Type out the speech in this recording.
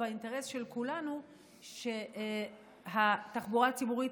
זה באינטרס של כולנו שהתחבורה הציבורית